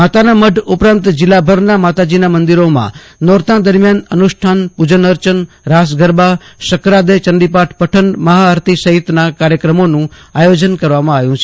માતાના મઢ ઉપરાંત જિલ્લાભરના માતાજીના મંદિરોમાં નોરતા દરમિયાન અનુષ્ઠાન પૂજન અર્ચન રાસ ગરબા શકાદય ચંડીપાઠ પઠન મહાઆરતી સહિતના કાર્યક્રમોનું આયોજન કરવામાં આવ્યું છે